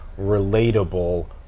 relatable